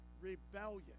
rebellion